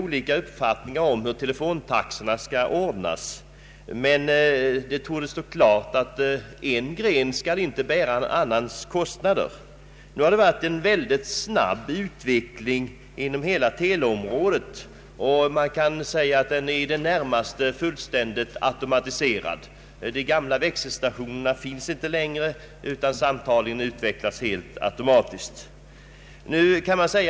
Olika uppfattningar råder om hur telefontaxorna skall ordnas, men det torde stå klart att en gren inte skall bära en annans kostnader. Nu har det skett en mycket snabb utveckling inom hela teleområdet, och man kan säga att en i det närmaste fullständig automatisering har genomförts. De gamla växelstationerna finns inte längre, utan samtalen förmedlas helt automatiskt.